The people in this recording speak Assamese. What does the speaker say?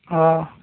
অঁ